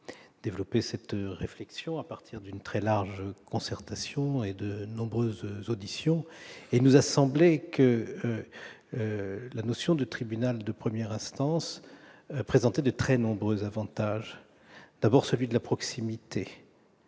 développé notre réflexion après une très large concertation et de nombreuses auditions. Il nous a semblé que la notion de tribunal de première instance présentait de très nombreux avantages, à commencer par celui de la proximité